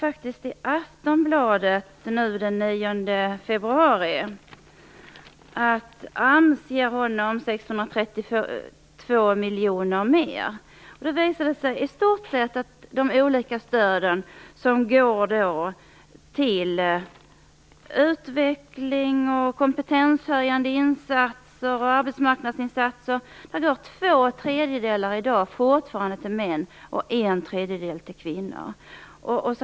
"Ams ger honom 632 miljoner mer." Det visade sig, att av de olika stöden till utveckling, kompetenshöjande insatser och arbetsmarknadsinsatser går två tredjedelar till män och en tredjedel till kvinnor.